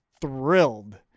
thrilled